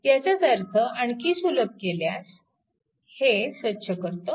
ह्याचाच अर्थ आणखी सुलभ केल्यास हे स्वच्छ करतो